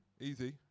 Easy